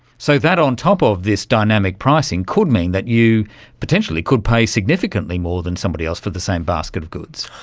so that on top of this dynamic pricing could mean that you potentially could pay significantly more than somebody else for the same basket of goods.